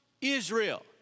Israel